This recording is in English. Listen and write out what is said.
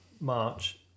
March